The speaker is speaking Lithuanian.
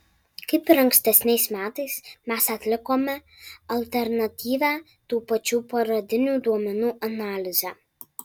kaip ir ankstesniais metais mes atlikome alternatyvią tų pačių pradinių duomenų analizę